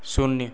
शून्य